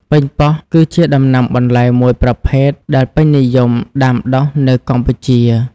ប៉េងប៉ោះ គឺជាដំណាំបន្លែមួយប្រភេទដែលពេញនិយមដាំដុះនៅកម្ពុជា។